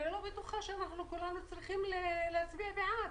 אני לא בטוחה שכולנו צריכים להצביע בעד.